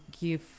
give